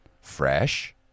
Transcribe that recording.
fresh